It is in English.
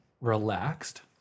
relaxed